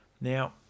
Now